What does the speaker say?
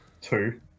Two